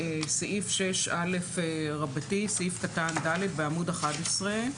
לסעיף 6א רבתי, סעיף קטן (ד) בעמוד 11,